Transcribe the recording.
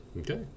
okay